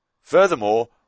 Furthermore